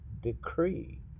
decree